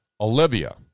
Olivia